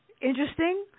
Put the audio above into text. interesting